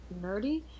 nerdy